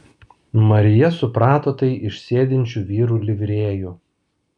marija suprato tai iš sėdinčių vyrų livrėjų